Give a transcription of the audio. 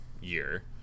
year